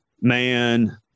man